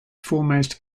foremost